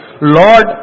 Lord